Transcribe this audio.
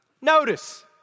Notice